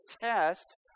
test